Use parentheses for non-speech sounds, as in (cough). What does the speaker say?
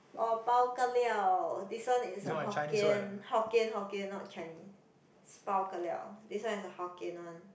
orh Bao ka liao this one is a Hokkien Hokkien Hokkien not Chinese (noise) is Bao ka liao this one is a Hokkien one